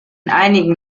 einigen